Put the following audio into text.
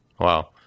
Wow